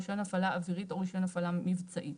רישיון הפעלה אווירית או רישיון הפעלה מבצעית,